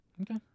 Okay